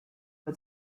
but